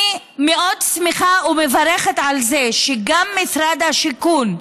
אני מאוד שמחה ומברכת על זה שגם משרד השיכון,